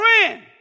friend